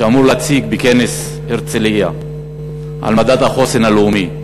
שאמור להציג בכנס הרצלייה את מדד החוסן הלאומי,